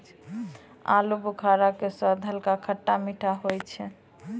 आलूबुखारा के स्वाद हल्का खट्टा मीठा होय छै